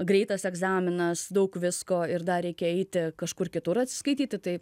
greitas egzaminas daug visko ir dar reikia eiti kažkur kitur atsiskaityti tai